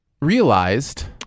realized